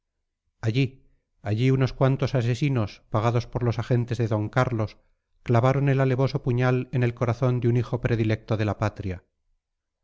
allí allí unos cuantos asesinos pagados por los agentes de d carlos clavaron el alevoso puñal en el corazón de un hijo predilecto de la patria